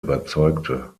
überzeugte